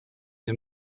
der